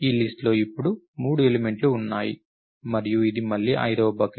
ఈ లిస్ట్ లో ఇప్పుడు మూడు ఎలిమెంట్ లు ఉన్నాయి మరియు ఇది మళ్లీ 5వ బకెట్